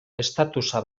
statusa